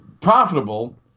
profitable